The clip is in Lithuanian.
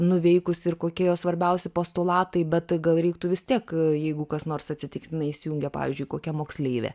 nuveikus ir kokie svarbiausi postulatai bet gal reiktų vis tiek jeigu kas nors atsitiktinai įsijungė pavyzdžiui kokia moksleivė